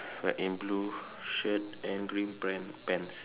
in blue shirt and green pant pants